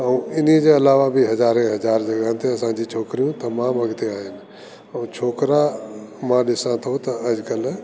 अऊं इन्हीअ जे अलावा बि हजारे हजार जॻहनि ते असांजी छोकिरियूं तमाम तमाम अॻिते अहिनि अऊं छोकरा मां ॾिसां तो त अॼु कल्हि